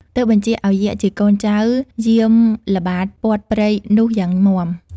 ទើបបញ្ជាឲ្យយក្ខជាកូនចៅ យាមល្បាតព័ទ្ធព្រៃនោះយ៉ាងមាំ។